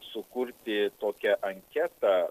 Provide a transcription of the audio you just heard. sukurti tokią anketą